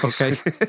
okay